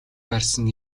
барьсан